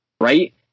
right